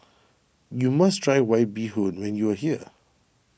you must try White Bee Hoon when you are here